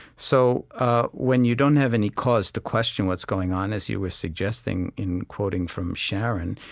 so ah when you don't have any cause to question what's going on, as you were suggesting in quoting from sharon,